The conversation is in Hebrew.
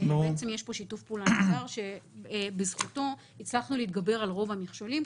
יש פה שיתוף פעולה נהדר שבזכותו הצלחנו להתגבר על רוב המכשולים.